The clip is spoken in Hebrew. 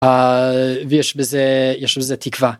ויש בזה יש לזה תקווה.